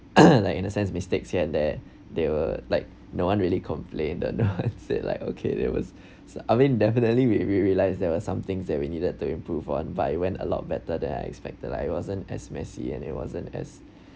like in a sense mistakes here and there they were like no one really complain and no one say like okay there was so I mean definitely we we realise there was something that we needed to improve on but it went a lot better than I expected lah it wasn't as messy and it wasn't as